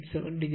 87 o